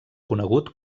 conegut